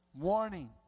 Warning